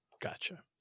Gotcha